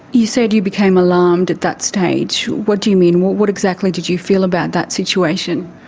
you said you became alarmed at that stage. what do you mean? what what exactly did you feel about that situation?